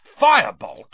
firebolt